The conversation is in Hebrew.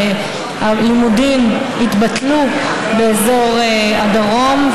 הלימודים התבטלו באזור הדרום,